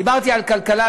דיברתי על כלכלה,